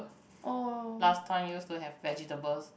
last time used to have vegetables